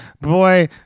Boy